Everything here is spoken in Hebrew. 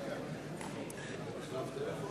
מצביעה אורלי לוי אבקסיס, מצביעה יריב